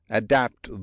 adapt